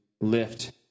lift